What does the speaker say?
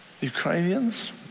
Ukrainians